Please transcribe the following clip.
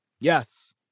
Yes